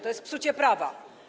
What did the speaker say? To jest psucie prawa.